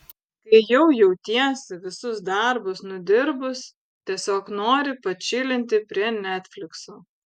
kai jau jautiesi visus darbus nudirbus tiesiog nori pačilinti prie netflikso